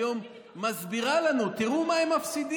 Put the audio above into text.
היום מסבירה לנו: תראו מה הם מפסידים.